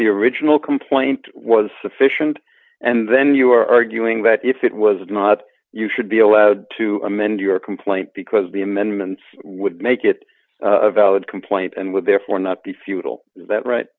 the original complaint was sufficient and then you are arguing that if it was not you should be allowed to amend your complaint because the amendments would make it a valid complaint and with therefore not be futile is that right